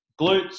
glutes